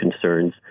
concerns